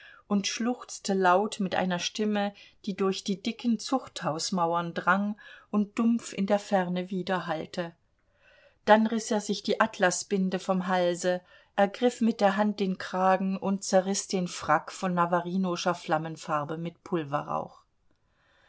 und schluchzte laut mit einer stimme die durch die dicken zuchthausmauern drang und dumpf in der ferne widerhallte dann riß er sich die atlasbinde vom halse ergriff mit der hand den kragen und zerriß den frack von navarinoscher flammenfarbe mit pulverrauch